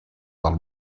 del